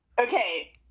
Okay